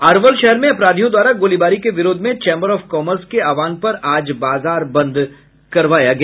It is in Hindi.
अरवल शहर में अपराधियों द्वारा गोलीबारी के विरोध में चैंबर ऑफ कॉमर्स के आहवान पर आज बाजार बंद करवाया गया